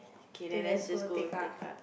K let's go Tekka